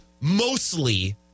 mostly